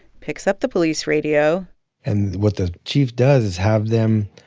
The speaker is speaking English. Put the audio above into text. picks up the police radio and what the chief does is have them